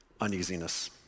uneasiness